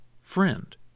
friend